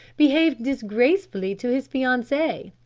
behaved disgracefully to his fiancee.